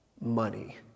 money